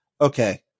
Okay